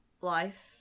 life